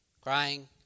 crying